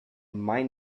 mai